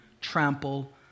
trample